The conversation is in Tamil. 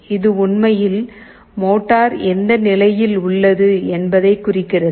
இது உண்மையில் மோட்டார் எந்த நிலையில் உள்ளது என்பதைக் குறிக்கிறது